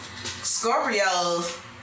Scorpios